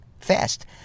fast